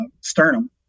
sternum